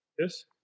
Yes